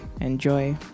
enjoy